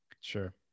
Sure